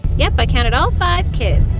yep, i counted all five kids.